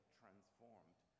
transformed